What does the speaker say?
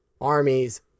armies